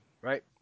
right